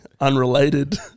unrelated